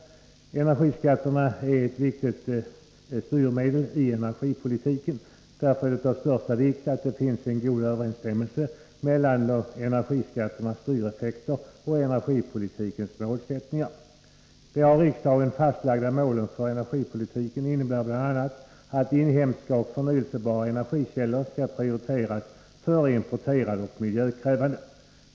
Energiskatterna är ett viktigt styrmedel i energipolitiken. Därför är det av största vikt att det finns en god överensstämmelse mellan energiskatternas styreffekter och energipolitikens målsättningar. De av riksdagen fastlagda målen för energipolitiken innebär bl.a. att inhemska och förnyelsebara energikällor skall prioriteras före importerade och miljökrävande.